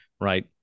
right